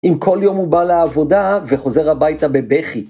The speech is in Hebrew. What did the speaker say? אם כל יום הוא בא לעבודה וחוזר הביתה בבכי.